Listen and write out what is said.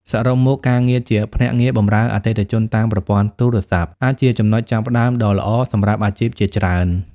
សរុបមក ការងារជាភ្នាក់ងារបម្រើអតិថិជនតាមប្រព័ន្ធទូរស័ព្ទ អាចជាចំណុចចាប់ផ្ដើមដ៏ល្អសម្រាប់អាជីពជាច្រើន។